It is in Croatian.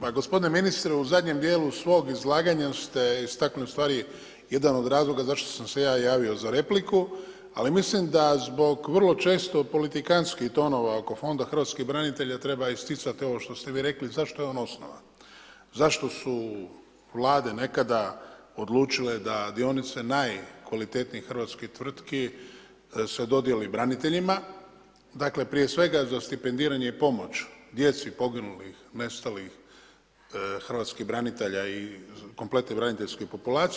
Pa gospodine ministre u zadnjem dijelu svog izlaganja ste istaknuli ustvari jedan od razloga zašto sam se ja javio za repliku, ali mislim da zbog vrlo često politikantskih tonova oko Fonda hrvatskih branitelja treba isticati ovo što ste vi rekli zašto je on osnovan, zašto su Vlade nekada odlučile da dionice najkvalitetnijih hrvatskih tvrtki se dodijeli braniteljima, dakle prije svega za stipendiranje i pomoć djeci poginulih, nestalih hrvatskih branitelja i kompletne braniteljske populacije.